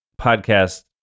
podcast